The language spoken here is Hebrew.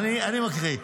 אני מקריא.